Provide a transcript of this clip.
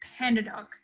Pandadoc